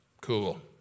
Cool